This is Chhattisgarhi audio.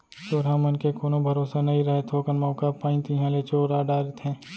चोरहा मन के कोनो भरोसा नइ रहय, थोकन मौका पाइन तिहॉं ले चोरा डारथें